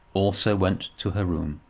also went to her room.